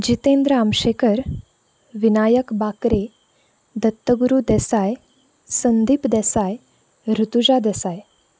Jitendra Amshekar Vinayak Bakre Dattaguru Desai Sandeep Desai Rutuja Desai